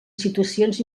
situacions